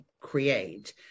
create